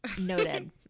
noted